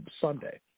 Sunday